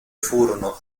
furono